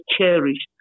cherished